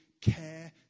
care